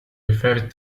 referred